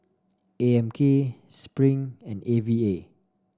A M K Spring and A V A